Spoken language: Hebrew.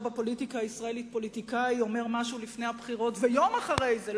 בפוליטיקה הישראלית פוליטיקאי אומר משהו לפני הבחירות ויום אחרי זה,